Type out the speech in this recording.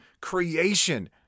creation